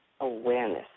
awareness